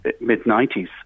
mid-90s